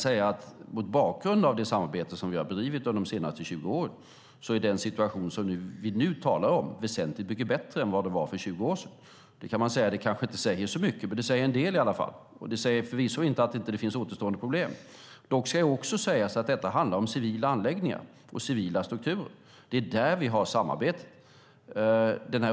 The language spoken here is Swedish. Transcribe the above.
Mot bakgrund av det samarbete som vi har bedrivit under de senaste 20 åren är den situation vi nu talar om väsentligt mycket bättre än för 20 år sedan. Man kan säga att det inte säger så mycket, men det säger en del i alla fall. Det säger förvisso inte att det inte finns återstående problem. Dock ska det också sägas att detta handlar om civila anläggningar och civila strukturer. Det är där vi har samarbetat.